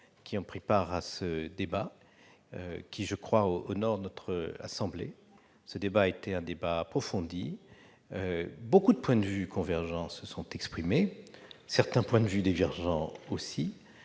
ayant pris part à ce débat qui, me semble-t-il, honore notre assemblée. Ce fut un débat approfondi. Nombre de points de vue convergents se sont exprimés ; certains points de vue divergents aussi,